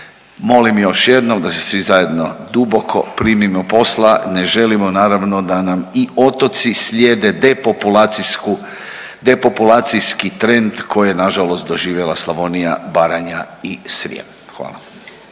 Molim još jednom da se svi zajedno duboko primimo posla, ne želimo naravno da nam i otoci slijede depopulacijsku, depopulacijski trend koji je nažalost doživjela Slavonija, Baranja i Srijem, hvala.